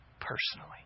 personally